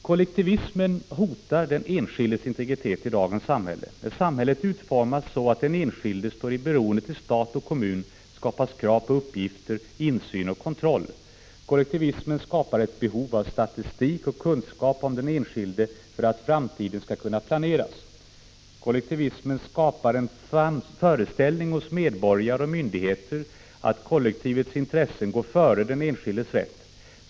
Kollektivismen hotar den enskildes integritet i dagens samhälle. När samhället utformas så, att den enskilde står i beroende till stat och kommun skapas krav på uppgifter, insyn och kontroll. Kollektivismen skapar ett behov av statistik och kunskap om den enskilde för att framtiden skall kunna planeras. Kollektivismen skapar föreställningen hos medborgare och myndigheter att kollektivets intressen går före den enskildes rätt.